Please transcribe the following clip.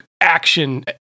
action